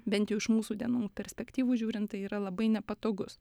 bent jau iš mūsų dienų perspektyvų žiūrint tai yra labai nepatogus